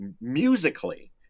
musically